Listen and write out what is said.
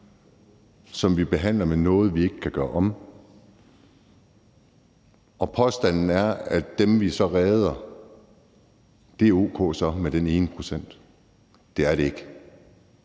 som vi behandler med noget, vi ikke kan gøre om. Påstanden er, at i forhold til dem, vi så redder, er det o.k. med den ene procent. Det er det ikke.